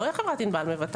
לא חברת ענבל מבטחת.